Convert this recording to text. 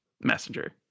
messenger